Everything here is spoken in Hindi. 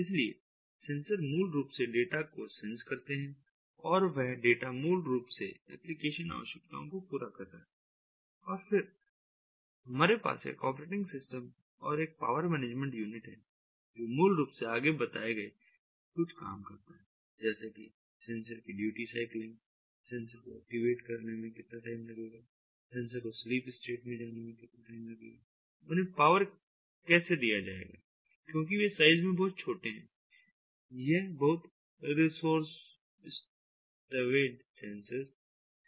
इसलिए सेंसर मूल रूप से डेटा को सेंस करते हैं और वह डेटा मूल रूप से एप्लिकेशन आवश्यकताओं की पूरा कर रहा है और फिर हमारे पास एक ऑपरेटिंग सिस्टम और एक पावर मैनेजमेंट यूनिट है जो मूल रूप से आगे बताए गए कुछ काम करता है जैसे कि सेंसर की ड्यूटी साइकलिंग सेंसर को एक्टिवेट करने में कितना टाइम लगेगा सेंसर को स्लीप स्टेट में जाने में कितना टाइम लगेगा उन्हें पावर कैसे दिया जाएगा क्योंकि वे साइज में बहुत छोटे हैं यह बहुत रिसोर्स स्टेवड सेंसर्स हैं